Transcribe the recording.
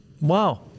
Wow